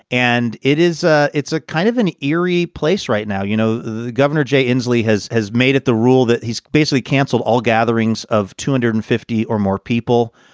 and it is ah it's a kind of an eerie place right now. you know, the governor, jay inslee, has. has made it the rule that he's basically canceled all gatherings of two hundred and fifty or more people,